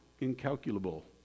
incalculable